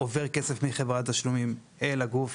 עובר כסף מחברת תשלומים אל הגוף,